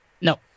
No